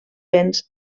béns